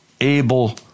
Abel